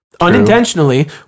Unintentionally